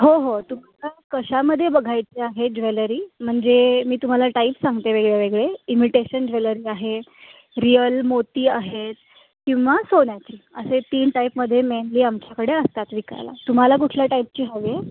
हो हो तुम्हाला कशामध्ये बघायचे आहे ज्वेलरी म्हणजे मी तुम्हाला टाईप सांगते वेगळेवेगळे इमिटेशन ज्वेलरी आहे रिअल मोती आहेत किंवा सोन्याचे असे तीन टाईपमध्ये मेनली आमच्याकडे असतात विकायला तुम्हाला कुठल्या टाईपची हवी आहे